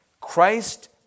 Christ